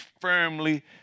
firmly